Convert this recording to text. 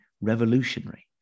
revolutionary